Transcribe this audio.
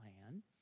plan